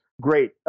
great